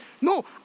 no